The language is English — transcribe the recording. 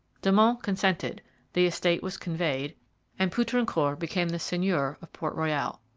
de monts consented the estate was conveyed and poutrincourt became the seigneur of port royal.